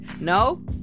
No